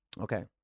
Okay